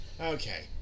okay